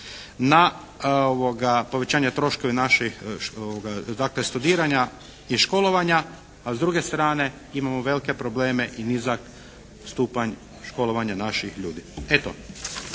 na povećanje troškova i naših dakle studiranja i školovanja. A s druge strane imamo velike probleme i nizak stupanj školovanja naših ljudi. Eto.